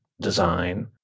design